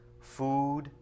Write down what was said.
food